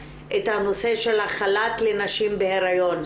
את הנושא של החל"ת לנשים בהריון.